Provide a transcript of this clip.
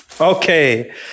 okay